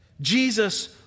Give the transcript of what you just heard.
Jesus